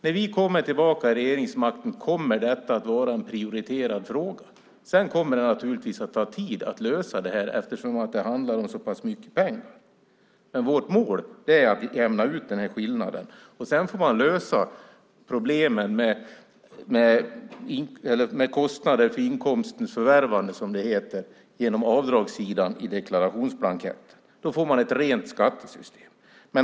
När vi kommer tillbaka i regeringsställning kommer det att vara en prioriterad fråga. Det kommer givetvis att ta tid att lösa den eftersom det handlar om så pass mycket pengar, men vårt mål är att jämna ut skillnaden. Sedan får man lösa problemet med kostnader för inkomstens förvärvande, som det heter, genom avdragssidan i deklarationsblanketten. Då får man ett rent skattesystem.